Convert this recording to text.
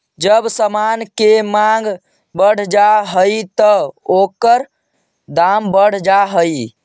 जब समान के मांग बढ़ जा हई त ओकर दाम बढ़ जा हई